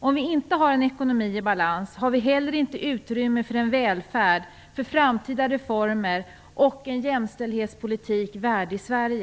Om vi inte har en ekonomi i balans har vi heller inte utrymme för välfärd, framtida reformer och en jämställdhetspolitik värdig Sverige.